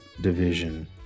division